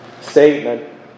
statement